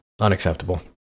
unacceptable